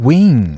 Wing